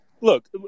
look